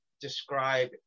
describe